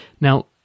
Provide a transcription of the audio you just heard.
Now